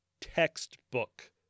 textbook